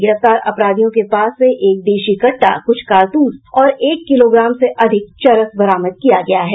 गिरफ्तार अपराधियों के पास एक देशी कहा कुछ कारतूस और एक किलोग्राम से अधिक चरस बरामद किया गया है